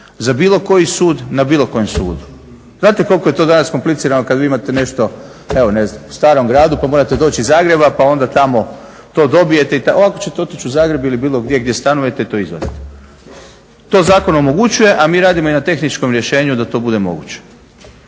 za bilo koji sud na bilo kojem sudu. Znate koliko je to danas komplicirano kad vi imate nešto evo ne znam u Starom gradu pa morate doći iz Zagreba pa onda tamo to dobijete. Ovako ćete otići u Zagreb ili bilo gdje gdje stanujete i to izvaditi. To zakon omogućuje, a mi radimo i na tehničkom rješenju da to bude moguće.